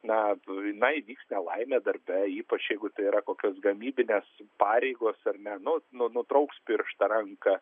na na įvyks laimė darbe ypač jeigu tai yra kokios gamybinės pareigos ar ne nu nutrauks pirštą ranką